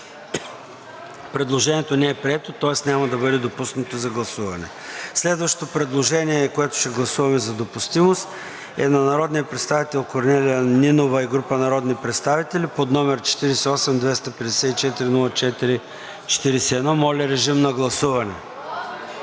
Предложението не е прието, тоест няма да бъде допуснато до гласуване. Следващото предложение, което ще гласуваме за допустимост, е на народния представител Корнелия Нинова и група народни представители, № 48-254-04-41. Гласували